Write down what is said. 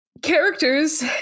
Characters